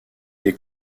les